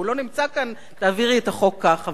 הוא לא נמצא כאן, תעבירי את החוק ככה.